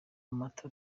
amata